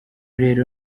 rero